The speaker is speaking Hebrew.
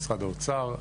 משרד האוצר.